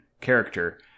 character